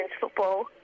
football